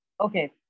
okay